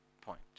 point